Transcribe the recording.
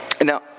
Now